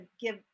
give